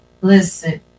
Listen